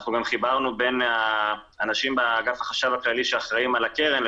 אנחנו גם חיברנו בין האנשים באגף החשב הכללי שאחראים על הקרן,